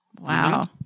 wow